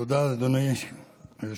תודה, אדוני היושב-ראש.